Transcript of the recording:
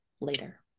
later